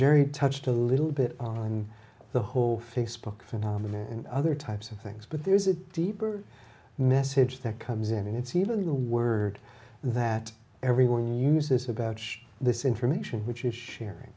jerry touched a little bit on the whole facebook phenomenon and other types of things but there's a deeper message that comes in and it's even the word that everyone uses about this information which is sharing